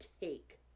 take